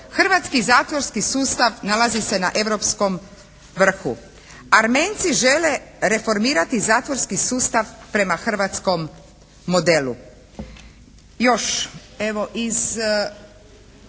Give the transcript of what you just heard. Hrvatski zatvorski sustav nalazi se na europskom vrhu. Armenci žele reformirati zatvorski sustav prema hrvatskom modelu. Još evo iz